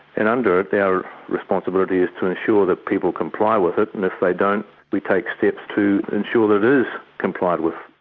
and under it, our responsibility is to ensure that people comply with it, and if they don't we take steps to ensure that it is complied with.